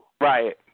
Right